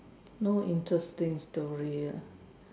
no interesting story ah